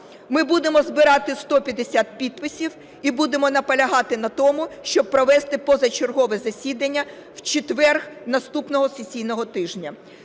ми будемо збирати 150 підписів і будемо наполягати на тому, щоб провести позачергове засідання в четвер наступного сесійного тижня.